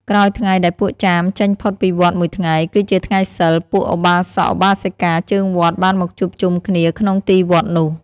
ក្រោយថ្ងៃដែលពួកចាមចេញផុតពីវត្តមួយថ្ងៃ គឺជាថ្ងៃសីល ពួកឧបាសកឧបាសិកាជើងវត្តបានមកជួបជុំគ្នាក្នុងទីវត្តនោះ។